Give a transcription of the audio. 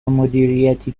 مدیریتی